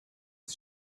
his